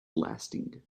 lasting